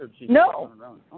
No